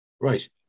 right